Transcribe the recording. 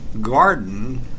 garden